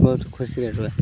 ବହୁତ ଖୁସି ହୋଇଥିବେ